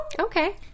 Okay